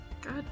God